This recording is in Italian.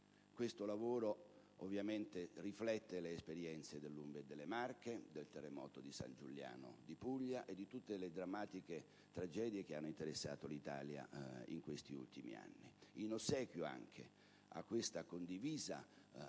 Questo ovviamente riflette le esperienze dell'Umbria e delle Marche, del terremoto di San Giuliano di Puglia e di tutte le drammatiche tragedie che hanno interessato l'Italia in questi ultimi anni. In ossequio anche a questa condivisa